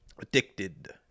addicted